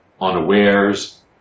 unawares